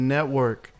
Network